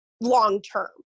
long-term